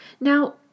Now